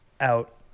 out